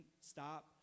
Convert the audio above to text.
stop